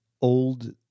old